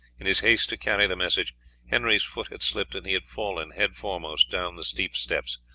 in his haste to carry the message henry's foot had slipped, and he had fallen headforemost down the steep steps,